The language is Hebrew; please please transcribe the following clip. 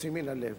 יוצאים מן הלב.